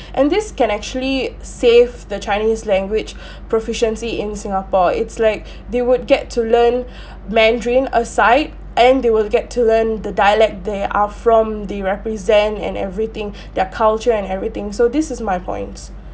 and this can actually save the chinese language proficiency in singapore it's like they would get to learn mandarin aside and they will get to learn the dialect they are from they represent and everything their culture and everything so this is my points